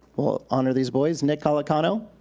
we'll honor these boys. nick alacano.